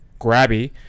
grabby